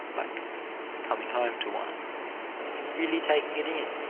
like coming home to one really taking it in,